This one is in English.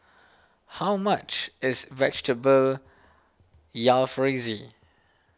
how much is Vegetable Jalfrezi